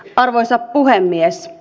arvoisa puhemies